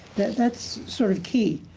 that's sort of key.